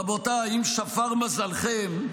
רבותיי, אם שפר מזלכם,